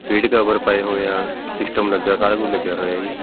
seat cover ਪਏ ਹੋਏ ਹੈ ਸਿਸਟਮ ਲੱਗਿਆ ਸਾਰਾ ਕੁਝ ਲੱਗਿਆ ਹੋਇਆ ਜੀ